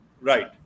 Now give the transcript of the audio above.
Right